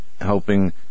helping